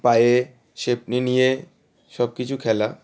পায়ে নিয়ে সব কিছু খেলা